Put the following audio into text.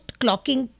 clocking